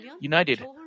united